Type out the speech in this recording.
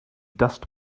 dust